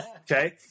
Okay